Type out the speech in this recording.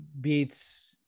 beats